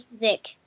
music